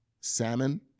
salmon